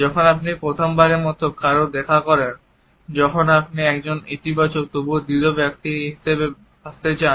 যখন আপনি প্রথমবারের মতো কারও সাথে দেখা করেন যখন আপনি একজন ইতিবাচক তবুও দৃঢ় ব্যক্তি হিসাবে আসতে চান